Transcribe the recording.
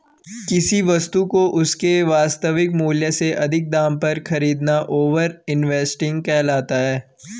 किसी वस्तु को उसके वास्तविक मूल्य से अधिक दाम पर खरीदना ओवर इन्वेस्टिंग कहलाता है